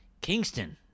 Kingston